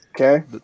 Okay